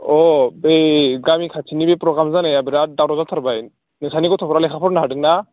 अ बै गामि खाथिनि बे प्रग्राम जानाया बेराद दावराव जाथारबाय नोंस्रानि गथ'फ्रा लेखा फरायनो हादोंना